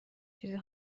چیزی